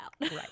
Right